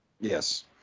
Yes